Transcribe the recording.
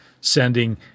sending